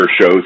shows